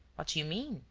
what do you mean.